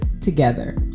together